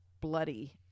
bloody